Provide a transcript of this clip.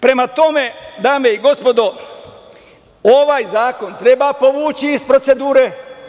Prema tome, dame i gospodo, ovaj zakon treba povući iz procedure.